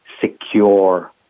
secure